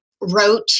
wrote